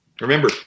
Remember